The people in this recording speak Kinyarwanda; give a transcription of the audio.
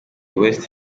west